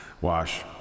Wash